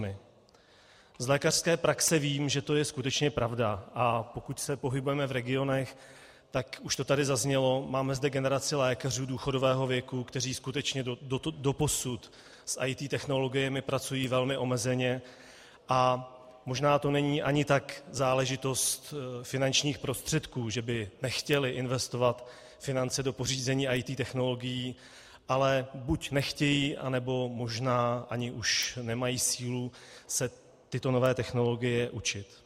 Z lékařské praxe vím, že to je skutečně pravda, a pokud se pohybujeme v regionech, tak už to tady zaznělo, máme zde generaci lékařů důchodového věku, kteří skutečně doposud s IT technologiemi pracují velmi omezeně, a možná to není ani tak záležitost finančních prostředků, že by nechtěli investovat finance do pořízení IT technologií, ale buď nechtějí, nebo možná ani už nemají sílu se tyto nové technologie učit.